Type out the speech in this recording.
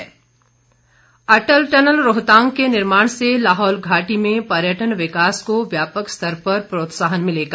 मुख्यमंत्री अटल टनल रोहतांग के निर्माण से लाहौल घाटी में पर्यटन विकास को व्यापक स्तर पर प्रोत्साहन मिलेगा